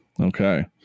Okay